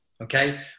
okay